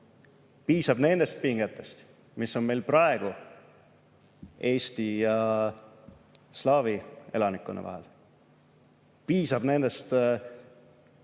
Piisab nendest pingetest, mis on meil praegu eesti ja slaavi elanikkonna vahel. Piisab kõigist nendest